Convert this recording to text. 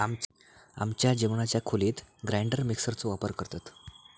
आमच्या जेवणाच्या खोलीत ग्राइंडर मिक्सर चो वापर करतत